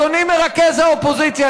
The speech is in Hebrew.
אדוני מרכז האופוזיציה,